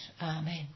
Amen